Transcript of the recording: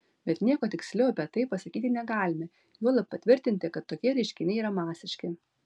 bet nieko tiksliau apie tai pasakyti negalime juolab patvirtinti kad tokie reiškiniai yra masiški